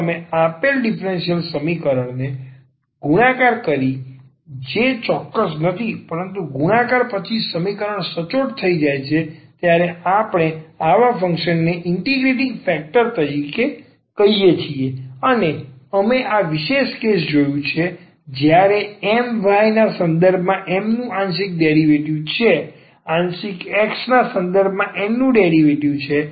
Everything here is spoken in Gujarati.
જો તમે આપેલ ડીફરન્સીયલ સમીકરણને ગુણાકાર કરો જે ચોક્કસ નથી પરંતુ ગુણાકાર પછી સમીકરણ સચોટ થઈ જાય છે ત્યારે આપણે આવા ફંક્શનને ઇન્ટિગ્રેટીંગ ફેક્ટર તરીકે કહીએ છીએ અને અમે આ વિશેષ કેસ જોયું છે જ્યારે એમ y ના સંદર્ભમાં M નું આંશિક ડેરિવેટિવ છે આંશિક x ના સંદર્ભમાં N નું ડેરિવેટિવ છે